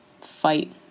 fight